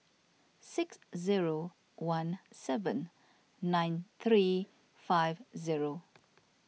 six zero one seven nine three five zero